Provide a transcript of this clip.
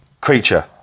creature